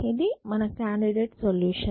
ఇది మన candidate solution